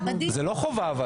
אבל זאת לא חובה.